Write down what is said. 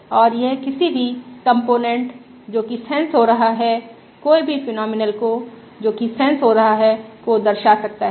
और यह किसी भी कंपोनेंट जो कि सेंस हो रहा है कोई भी फेनोमिनल को जो कि सेंस हो रहा है को दर्शा सकता है